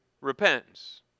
Repentance